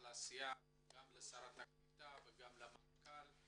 העשייה, גם לשרת הקליטה וגם למנכ"ל.